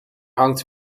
hangt